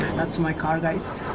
my congress eyes